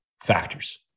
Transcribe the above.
factors